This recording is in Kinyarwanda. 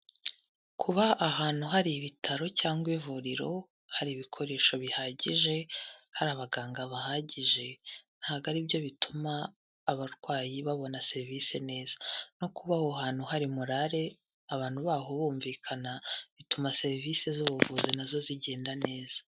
Kuba ahantu hari ibitaro cyangwa ivuriro, hari ibikoresho bihagije, hari abaganga bahagije ntago ari byo bituma abarwayi babona serivisi neza no kubaho aho hantu hari morare abantu baho bumvikana bituma serivisi z'ubuvuzi nazo zigenda neza.